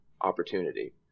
opportunity